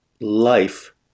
life